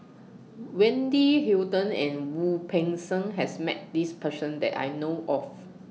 Wendy Hutton and Wu Peng Seng has Met This Person that I know of